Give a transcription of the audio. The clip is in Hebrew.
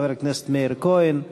חבר הכנסת מאיר כהן.